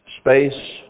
space